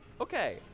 Okay